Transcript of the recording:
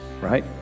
right